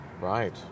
Right